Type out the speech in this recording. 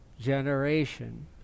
generation